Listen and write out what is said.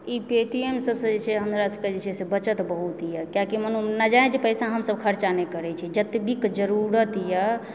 ई Paytm सब जे छै हमरा सबकेँ जे छै बचत बहुत यऽ किआकि माने नाजायज पैसा हमसब खरचा नहि करय छी जतबी कऽ जरूरत यऽ